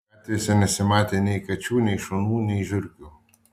gatvėse nesimatė nei kačių nei šunų nei žiurkių